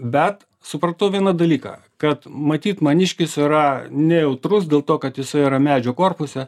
bet supratau vieną dalyką kad matyt maniškis yra nejautrus dėl to kad jisai yra medžio korpuse